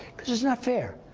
because it's not fair.